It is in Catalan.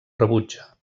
rebutja